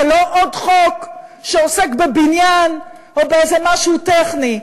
זה לא עוד חוק שעוסק בבניין או באיזה משהו טכני,